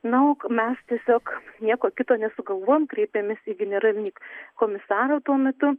na o mes tiesiog nieko kito nesugalvojom kreipėmės į generalinį komisarą tuo metu